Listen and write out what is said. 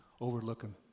overlooking